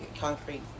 concrete